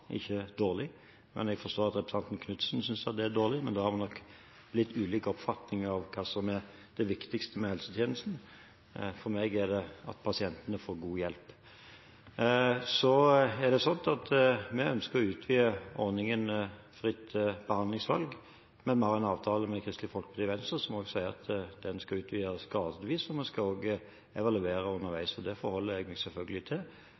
ikke dårlig. Jeg forstår at representanten Knutsen synes at det er dårlig, men da har vi nok litt ulik oppfatning av hva som er det viktigste med helsetjenesten. For meg er det at pasientene får god hjelp. Vi ønsker å utvide ordningen med fritt behandlingsvalg, men vi har en avtale med Kristelig Folkeparti og Venstre, som også sier at den skal utvides gradvis, og vi skal også evaluere underveis, og det forholder jeg meg selvfølgelig til.